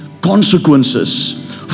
consequences